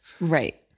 Right